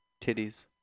Titties